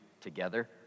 together